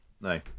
no